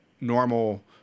normal